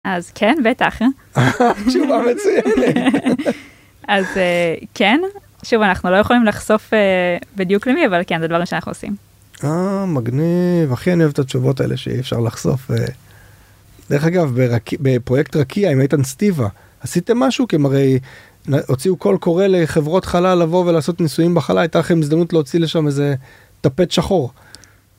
אז כן בטח (צחוק.. תשובה מצויינת) אז כן שוב אנחנו לא יכולים לחשוף בדיוק למי אבל כן זה דבר שאנחנו עושים. אהה.. מגניב הכי אני אוהב את התשובות האלה שאי אפשר לחשוף. דרך אגב ברקי בפרויקט רכיה עם איתן סטיבה עשיתם משהו כמראה הוציאו כל קורא לחברות חלל לבוא ולעשות ניסויים בחלל הייתה לכם הזדמנות להוציא לשם איזה טפט שחור.